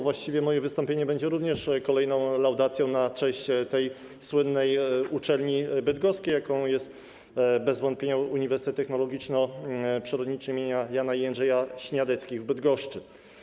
Właściwie moje wystąpienie będzie również kolejną laudacją na cześć tej słynnej bydgoskiej uczelni, jaką jest bez wątpienia Uniwersytet Technologiczno-Przyrodniczy im. Jana i Jędrzeja Śniadeckich w Bydgoszczy.